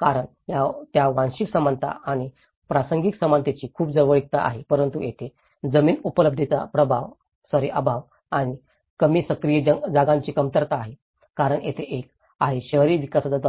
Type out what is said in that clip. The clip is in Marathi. कारण त्यात वांशिक समानता आणि प्रासंगिक समानतेची खूप जवळचीता आहे परंतु येथे जमीन उपलब्धतेचा अभाव आणि कमी सक्रिय जागांची कमतरता आहे कारण तेथे एक आहे शहरी विकासाचा दबाव